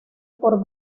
por